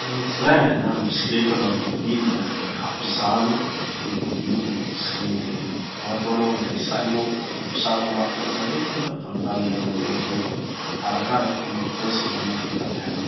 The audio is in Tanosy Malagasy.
Gny freins, na amy bisikileta io na amy tobily da hampijano gny tobily igny na gny bisikileta igny. No ataonao avy da hitsahinao na pitsanao mafy indray mandeha izy davy da mijano indray mandeha eo koa, arakaraky gny vitesse gny hamafy ny fandehanao.